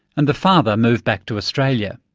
and the father moved back to australia.